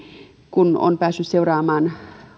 kun on päässyt seuraamaan